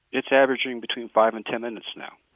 it's averaging between five and ten minutes now.